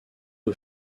aux